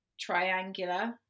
triangular